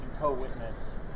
co-witness